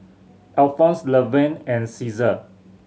Alphons Levern and Ceasar